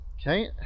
okay